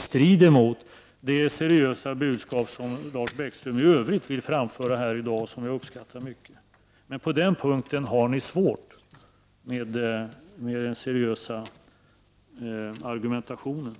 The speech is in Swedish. strider mot det seriösa budskap som Lars Bäckström i övrigt vill framföra här i dag och som jag uppskattar mycket. På den här punkten har ni alltså svårt med den seriösa argumentationen.